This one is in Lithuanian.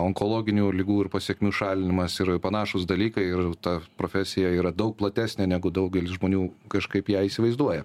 onkologinių ligų ir pasekmių šalinimas ir panašūs dalykai ir ta profesija yra daug platesnė negu daugelis žmonių kažkaip ją įsivaizduoja